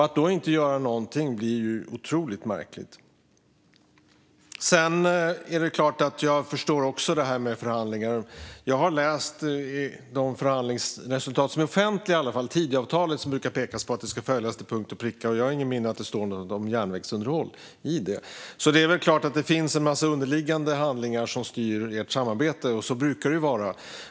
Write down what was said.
Att då inte göra någonting blir otroligt märkligt. Jag förstår också detta med förhandlingar. Jag har läst i varje fall de förhandlingsresultat som är offentliga. Man brukar peka på att Tidöavtalet ska följas till punkt och pricka. Jag har inget minne av att det står någonting om järnvägsunderhåll i det. Det är klart att det finns en massa underliggande handlingar som styr ert samarbete, och så brukar det vara.